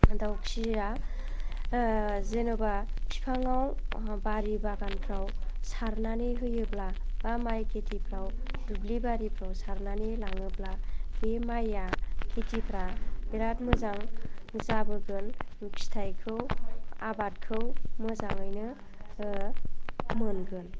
दाउखिया जेन'बा बिफाङाव बारि बागानफ्राव सारनानै होयोब्ला एबा माइ खिथिफ्राव दुब्लिबारिफ्राव सारनानै होलाङोब्ला बे माइआ खिथिफ्रा बिराद मोजां जाबोगोन फिथाइखौ आबादखौ मोजाङैनो मोनगोन